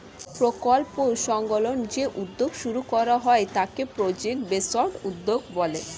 প্রকল্প সংলগ্ন যে উদ্যোগ শুরু করা হয় তাকে প্রজেক্ট বেসড উদ্যোগ বলে